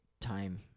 time